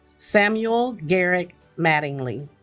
samuel garrett mattingly